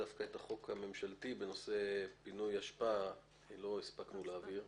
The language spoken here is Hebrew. דווקא את החוק הממשלתי בנושא פינוי אשפה לא הספקנו להעביר כי